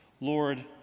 Lord